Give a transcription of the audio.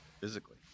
physically